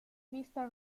vista